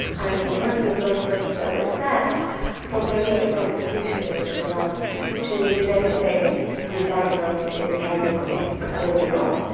and the terms of reference that were set forbade the persecution which was asked um to use anything decided on in in the tribunal in a court of law.